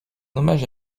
hommage